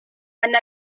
and